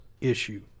issue